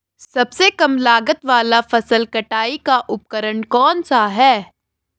सबसे कम लागत वाला फसल कटाई का उपकरण कौन सा है?